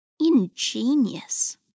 Ingenious